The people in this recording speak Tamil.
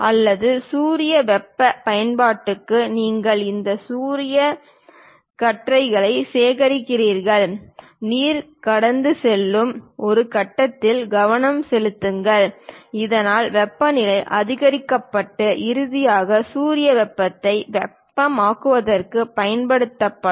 அல்லது சூரிய வெப்ப பயன்பாடுகளுக்கு நீங்கள் இந்த சூரியக் கற்றைகளை சேகரிக்கிறீர்கள் நீர் கடந்து செல்லும் ஒரு கட்டத்தில் கவனம் செலுத்துங்கள் இதனால் வெப்பநிலை அதிகரிக்கப்பட்டு இறுதியாக சூரிய வெப்பத்தை வெப்பமாக்குவதற்கு பயன்படுத்தப்படும்